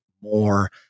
more